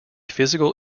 physical